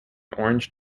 orange